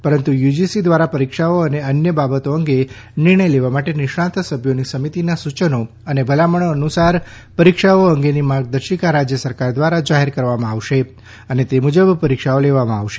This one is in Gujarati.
પરંતુ યુજીસી ધ્વારા પરીક્ષાઓ અને અન્ય બાબતો અંગે નિર્ણય લેવા માટે નિષ્ણાંત સભ્યોની સમિતિના સુચનો અને ભલામણો અનુસાર પરીક્ષાઓ અંગેની માર્ગદર્શિકા રાજય સરકાર ધ્વારા જાહેર કરવામાં આવશે અને તે મુજબ પરીક્ષાઓ લેવામાં આવશે